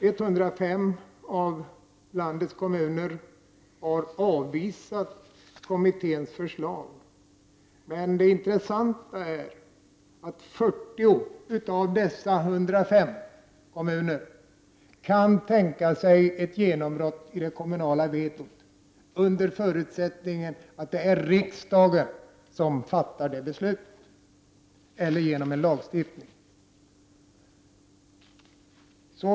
105 av landets kommuner har avvisat kommitténs förslag, men det intressanta är att 40 av dessa kan tänka sig ett genombrott i det kommunala vetot, under förutsättning att det är riksdagen som fattar beslutet och om det sker genom lagstiftning.